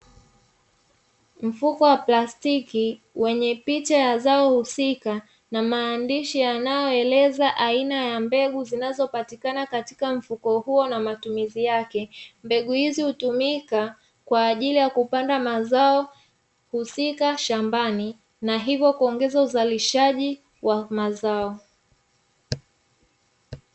Mfuko wa plastiki wenye picha ya zao husika na maandishi yanayoeleza aina ya mbegu zinazopatikana katika mfuko huo na matumizi yake. Mbegu hizi hutumika kwa ajili ya kupanda mazao husika shambani na hivyo kuongeza uzalishaji wa mazao.